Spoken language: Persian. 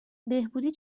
بهبودی